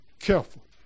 careful